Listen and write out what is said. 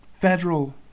federal